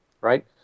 Right